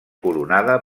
coronada